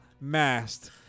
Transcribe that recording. mast